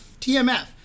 TMF